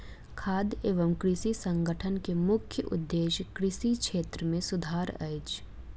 खाद्य एवं कृषि संगठन के मुख्य उदेश्य कृषि क्षेत्र मे सुधार अछि